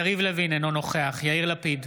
יריב לוין, אינו נוכח יאיר לפיד,